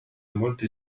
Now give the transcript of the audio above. molti